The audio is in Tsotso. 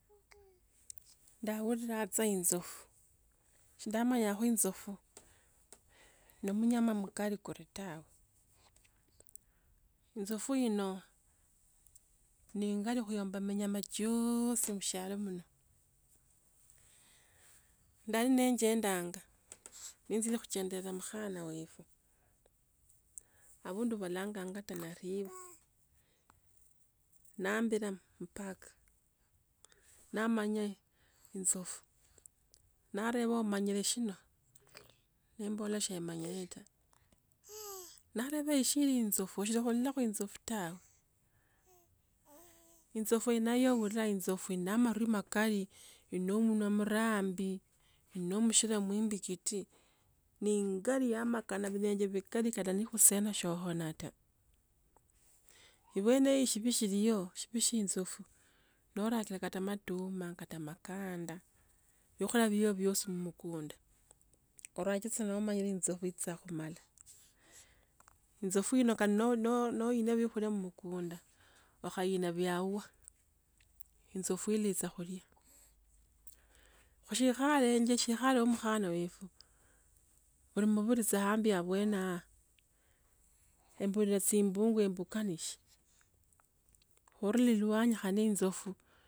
Ndauraa tsa insopu, sında manyanga insopu no munyama mukari kuli tawe. Insofu ino, ni enga li khuyomba minyama chiosi mushiatu muno. Ndali ni chindanyi, ninjile khuchendela mukhana wefwe. Abundu ba balanganya tanariver, naambira mupark, naamanya insofu, naraba omonyila shino, nimbola shimanyire ta nasaba eshi sai inzans, oshire khulolakho i azufu to inzafu yendarauranya elu nende amarui makali el na msawa murambi, eli no mushira msimbikiti ne engali yamakana kata bilengi bikusena soohom ta. Ibwene hiyo shibi shiliho, shibi shie inzofu, nora kata amatuma, kata amakanda yokora byobyo sumukunda, urake nomanya cha insofu itsakhumala, insofu ino kata no-no-no noinwa biokhulia mmukunda, wakhainia biauwa, inzofu ili tsakhuria, khushilo khaelenje she khalo kha mukana wefwa, bulimo buli chi abambi abusana hao emburira simbunga nimbuka nie khurura elusanyi khane insofu.